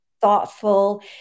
thoughtful